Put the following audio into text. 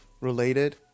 related